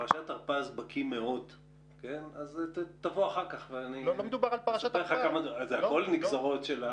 פירטנו בפניכם את התהליך של הכנת דוח ביקורת ואנחנו בתחילתו של תהליך.